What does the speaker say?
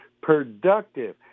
Productive